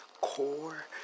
Core